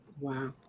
Wow